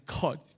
God